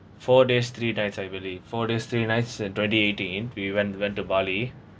four days three nights I believe four days three nights in twenty eighteen we went went to bali